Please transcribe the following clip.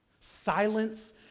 Silence